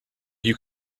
you